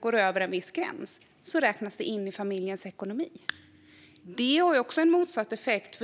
går över en viss gräns räknas den in i familjens ekonomi. Det kan ha också en motsatt effekt.